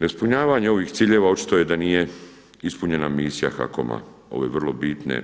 Neispunjavanje ovih ciljeva očito je da nije ispunjena misija HAKOM-a, ove vrlo bitne